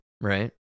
right